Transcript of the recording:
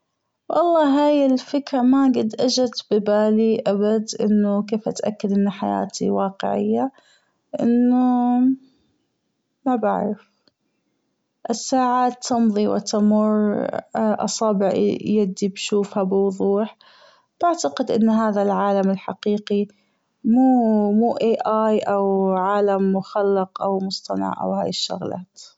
والله هي الفكرة ما جد أجت ببالي أبد أنه كيف أتأكد أن حياتي واقعية أنه مابعرف الساعات تمظي وتمر أصابع يدي بشوفها بوظوح بعتقد أن هذا العالم الحقيقي مو مو AI أو عالم مخلق أو مصطنع أو هي الشغلات.